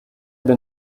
been